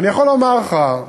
ואני יכול לומר לך,